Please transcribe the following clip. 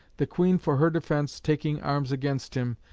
the queen for her defence taking arms against him,